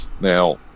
now